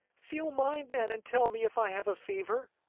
feel mine then and tell me if i have a fever.